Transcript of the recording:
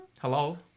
hello